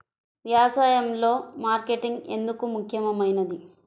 వ్యసాయంలో మార్కెటింగ్ ఎందుకు ముఖ్యమైనది?